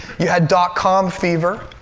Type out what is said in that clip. you had dotcom fever.